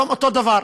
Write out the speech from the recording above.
היום אותו דבר,